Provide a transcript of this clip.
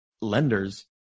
lenders